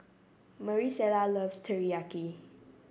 Marisela loves Teriyaki